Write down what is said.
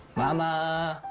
mama.